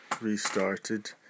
restarted